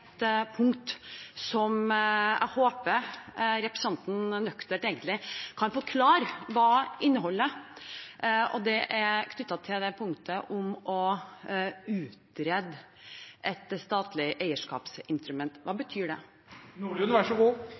et punkt som jeg håper representanten nøkternt egentlig kan forklare hva inneholder. Det er knyttet til punktet om å utrede et statlig eierskapsinstrument. Hva betyr